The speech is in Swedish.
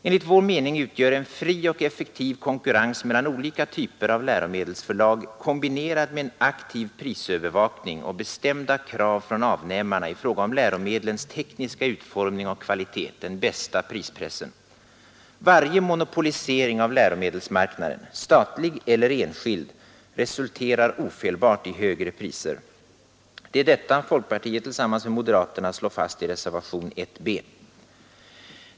Enligt vår mening utgör en fri och effektiv konkurrens mellan olika typer av läromedelsförlag, kombinerad med en aktiv prisövervakning och bestämda krav från avnämarna i fråga om läromedlens tekniska utformning och kvalitet, den bästa prispressen. Varje monopolisering av 65 läromedelsmarknaden — statlig eller enskild — resulterar ofelbart i högre priser. Det är detta folkpartiet tillsammans med moderaterna slår fast i reservation 1 b.